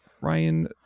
Ryan